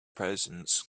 presence